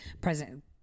president